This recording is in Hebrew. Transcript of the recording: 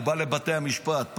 הוא בא לבתי המשפט,